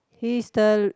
he is the